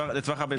הפיתוח.